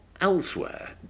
elsewhere